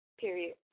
Period